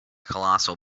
colossal